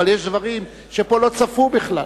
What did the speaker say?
אבל יש דברים שפה לא צפו בכלל.